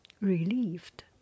relieved